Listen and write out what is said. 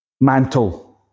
mantle